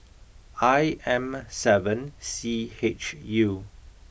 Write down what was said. I M seven C H U